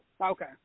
Okay